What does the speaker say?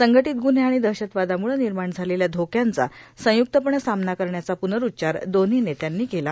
संघटीत ग्रन्हे आर्गण दहशतवादामुळे र्मिमाण झालेल्या धोक्यांचा संयुक्तपणे सामना करण्याचा पुनरूच्चार दोन्ही नेत्यांनी केला